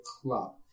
club